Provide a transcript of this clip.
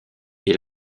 est